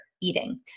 eating